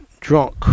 drunk